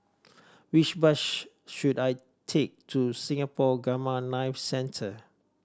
which bus should I take to Singapore Gamma Knife Centre